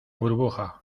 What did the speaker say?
burbuja